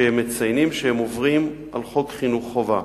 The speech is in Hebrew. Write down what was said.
שמציינים שהם עוברים על חוק חינוך חובה.